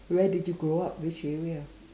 where did you grow up which area